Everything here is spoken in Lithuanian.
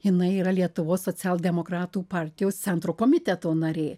jinai yra lietuvos socialdemokratų partijos centro komiteto narė